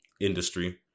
industry